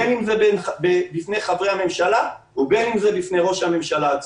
בין אם זה בפני חברי הממשלה ובין אם זה בפני ראש הממשלה עצמו.